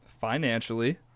financially